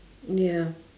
ya